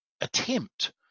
attempt